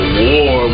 war